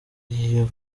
iyo